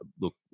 look